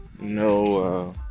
no